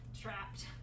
trapped